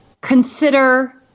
consider